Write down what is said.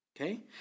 okay